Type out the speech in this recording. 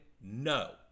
no